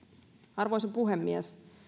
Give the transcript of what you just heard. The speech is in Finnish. arvoisa puhemies